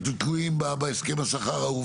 אתם תלויים בהסכם השכר ההוא,